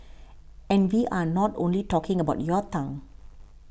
and we are not only talking about your tongue